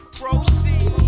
proceed